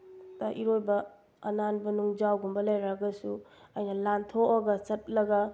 ꯇ ꯏꯔꯣꯏꯕ ꯑꯅꯥꯟꯕ ꯅꯨꯡꯖꯥꯎꯒꯨꯝꯕ ꯂꯩꯔꯒꯁꯨ ꯑꯩꯅ ꯂꯥꯟꯊꯣꯛꯑꯒ ꯆꯠꯂꯒ